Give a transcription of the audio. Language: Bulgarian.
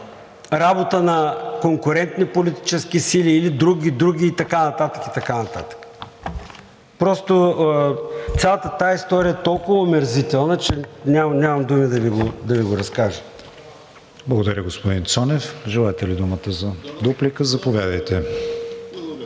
работа на конкурентни политически сили или други, други и така нататък, и така нататък. Просто цялата тази история е толкова омерзителна, че нямам думи да Ви го разкажа. ПРЕДСЕДАТЕЛ КРИСТИАН ВИГЕНИН: Благодаря, господин Цонев. Желаете ли думата за дуплика? Заповядайте.